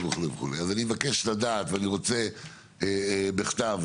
אז אני מבקש לדעת, ואני רוצה בכתב